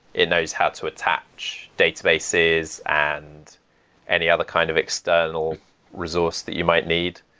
it knows how to attach databases and any other kind of external resource that you might need.